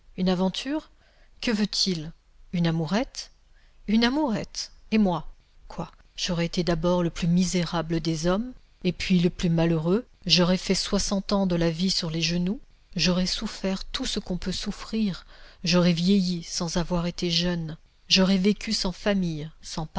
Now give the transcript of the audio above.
une aventure que veut-il une amourette une amourette et moi quoi j'aurai été d'abord le plus misérable des hommes et puis le plus malheureux j'aurai fait soixante ans de la vie sur les genoux j'aurai souffert tout ce qu'on peut souffrir j'aurai vieilli sans avoir été jeune j'aurai vécu sans famille sans